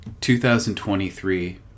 2023